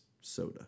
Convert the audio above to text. soda